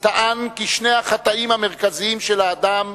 טען כי שני החטאים המרכזיים של האדם,